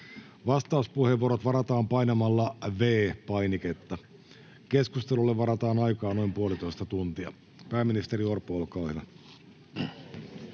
Vastauspuheenvuorot varataan painamalla V-painiketta. Keskustelulle varataan aikaa noin puolitoista tuntia. — Pääministeri Orpo, olkaa hyvä.